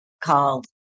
called